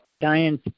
Diane